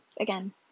again